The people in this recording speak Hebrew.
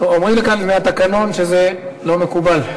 אומרים לי כאן, מהתקנון, שזה לא מקובל.